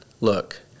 Look